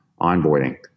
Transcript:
onboarding